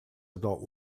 adult